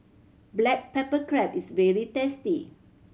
black pepper crab is very tasty